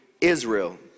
israel